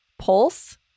Pulse